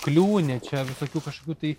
kliūni čia visokių kažkokių tai